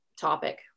topic